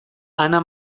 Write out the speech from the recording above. ana